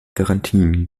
garantien